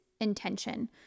intention